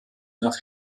nach